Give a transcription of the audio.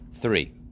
three